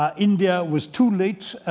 um india was too late.